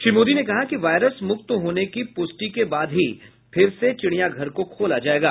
श्री मोदी ने कहा कि वायरस मुक्त होने की पुष्टि के बाद ही फिर से चिड़िया घर को खोला जायेगा